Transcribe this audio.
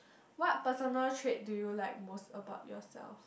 what personal trait do you like most about yourself